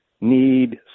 need